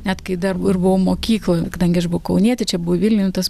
net kai dar ir buvau mokykloj kadangi aš buvau kaunietė čia buvo vilniuj tas